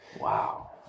Wow